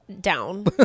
Down